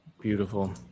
Beautiful